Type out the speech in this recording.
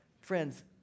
Friends